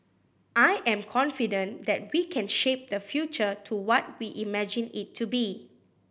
I am confident that we can shape the future to what we imagine it to be